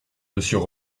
monsieur